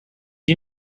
you